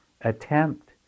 attempt